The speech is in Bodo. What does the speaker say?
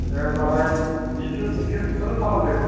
दे होनब्लालाय बिदिखौनो खालामदो